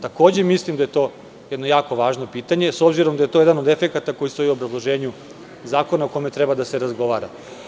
Takođe mislim da je to jedno jako važno pitanje, s obzirom da je to jedan od efekata koji stoji u obrazloženju zakona o kome treba da se razgovara.